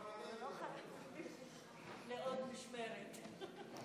לא חייבים לחזור לעוד משמרת.